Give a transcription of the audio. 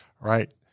right